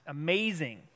amazing